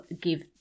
give